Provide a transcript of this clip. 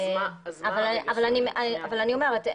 אבל אני אומרת,